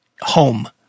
home